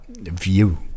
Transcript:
view